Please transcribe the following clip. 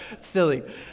silly